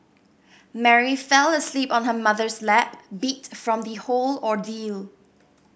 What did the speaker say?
Mary fell asleep on her mother's lap beat from the whole ordeal